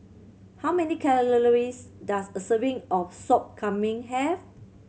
how many does a serving of Sop Kambing have